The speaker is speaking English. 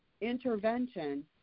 intervention